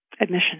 admission